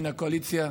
מן הקואליציה,